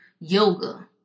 yoga